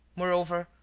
moreover,